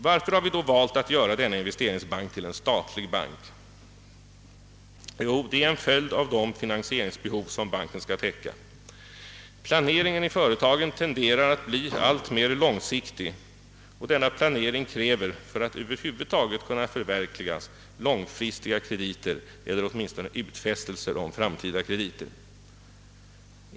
Varför har vi då valt att göra denna investeringsbank statlig? Det är en följd av de finansieringsbehov som banken skall täcka. Planeringen av företagen tenderar att bli alltmera långsiktig, och denna planering kräver, för att över huvud taget kunna förverkligas, långfristiga krediter eller åtminstone utfästelser om framtida krediter.